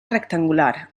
rectangular